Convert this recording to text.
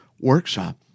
Workshop